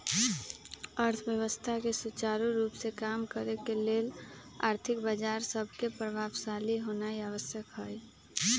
अर्थव्यवस्था के सुचारू रूप से काम करे के लेल आर्थिक बजार सभके प्रभावशाली होनाइ आवश्यक हइ